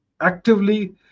actively